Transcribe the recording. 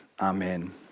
Amen